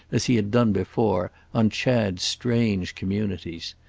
as he had done before, on chad's strange communities.